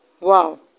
Wow